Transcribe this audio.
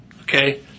Okay